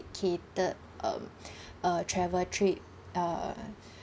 catered um uh travel trip uh